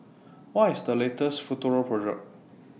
What IS The latest Futuro Product